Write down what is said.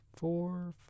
Four